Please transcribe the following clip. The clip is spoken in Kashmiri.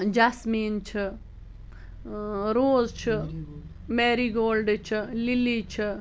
جیسمِین چھِ اۭں روز چھُ میری گولڈٕ چھِ لِلِی چھِ